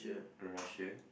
Russia